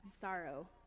sorrow